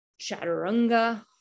Chaturanga